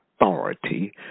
authority